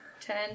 Ten